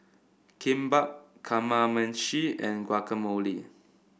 Kimbap Kamameshi and Guacamole